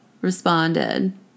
responded